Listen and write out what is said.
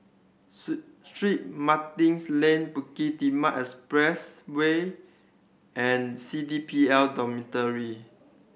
Strait Martin's Lane Bukit Timah Expressway and C D P L Dormitory